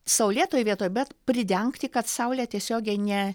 saulėtoj vietoj bet pridengti kad saulė tiesiogiai ne